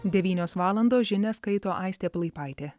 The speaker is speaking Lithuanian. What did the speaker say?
devynios valandos žinias skaito aistė plaipaitė